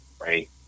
right